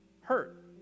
hurt